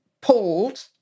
pulled